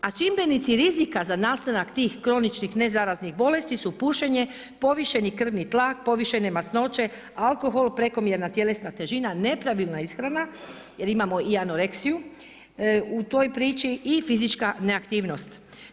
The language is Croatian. A čimbenici rizika za nastanak tih kroničnih nezaraznih bolesti su pušenje, povišeni krvi tlak, povišene masnoće, alkohol, prekomjerna tjelesna težina, nepravilna ishrana jer imamo i anoreksiju u toj priči, i fizička neaktivnost.